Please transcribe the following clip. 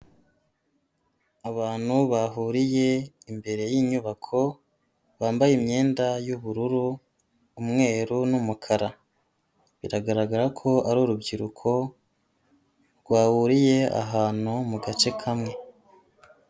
Abantu bahuriye imbere y'inyubako bambaye imyenda y'ubururu, umweru n'umukara, biragaragara ko ari urubyiruko rwahuriye ahantu mu gace kamwe.